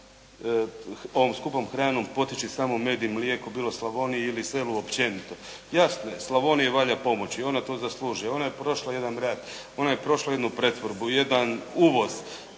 će ovom skupom hranom poteći samo med i mlijeko bilo Slavoniji ili selu općenito. Jasno je, Slavoniji valja pomoći i ona to zaslužuje. Ona je prošla jedan rat. Ona je prošla jednu pretvorbu, jedan uvoz,